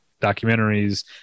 documentaries